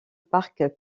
parc